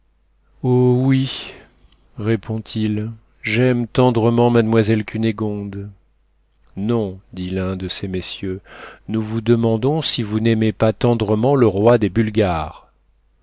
oh oui répond-il j'aime tendrement mademoiselle cunégonde non dit l'un de ces messieurs nous vous demandons si vous n'aimez pas tendrement le roi des bulgares